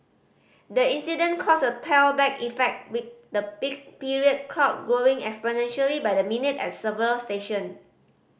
the incident caused a tailback effect with the peak period crowd growing exponentially by the minute at several station